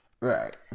Right